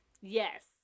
Yes